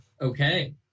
Okay